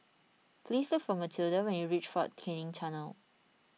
please look for Matilda when you reach fort Canning Tunnel